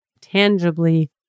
tangibly